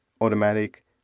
automatic